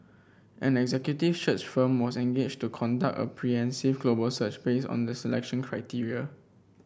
an executive search firm was engaged to conduct a global search based on the selection criteria